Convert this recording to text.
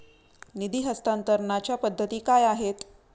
निधी हस्तांतरणाच्या पद्धती काय आहेत?